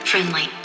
Friendly